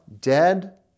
dead